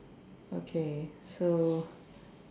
okay so